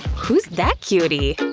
who's that cutie?